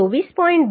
2 છે tg છે 10